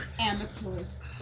Amateurs